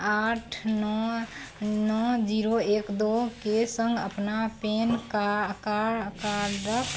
आठ नओ नओ जीरो एक दो के सङ्ग अपना पेन का का का कार्डक